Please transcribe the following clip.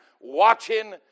watching